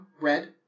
Red